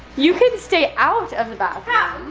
you can stay out of the bathroom.